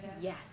Yes